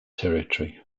territory